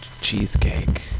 cheesecake